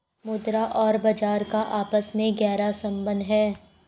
मुद्रा और बाजार का आपस में गहरा सम्बन्ध है